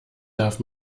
darf